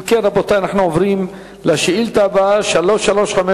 אם כן, רבותי, אנחנו עוברים לשאילתא הבאה, 335,